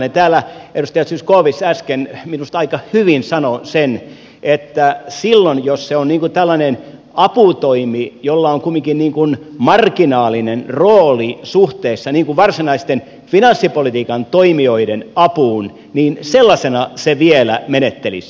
täällä edustaja zyskowicz äsken minusta aika hyvin sanoi sen että silloin jos se on tällainen aputoimi jolla on kumminkin marginaalinen rooli suhteessa varsinaisten finanssipolitiikan toimijoiden apuun sellaisena se vielä menettelisi